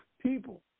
people